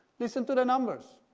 listen to the numbers.